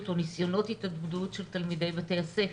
או ניסיונות התאבדות של תלמידי בתי הספר.